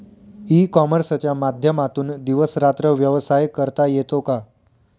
E कॉमर्सच्या माध्यमातून दिवस रात्र व्यवसाय करता येतो का?